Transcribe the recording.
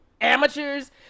amateurs